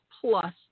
plus